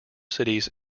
cities